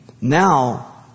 Now